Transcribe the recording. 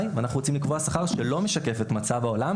ואנחנו רוצים לקבוע שכר שלא משקף את מצב העולם,